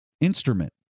instrument